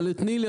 אבל תני לי,